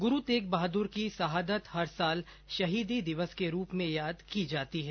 गुरू तेग बहादुर की सहादत हर साल शहीदी दिवस के रूप में याद की जाती है